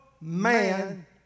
man